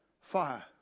fire